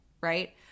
right